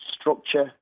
structure